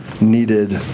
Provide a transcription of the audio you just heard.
needed